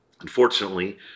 Unfortunately